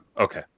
okay